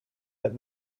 that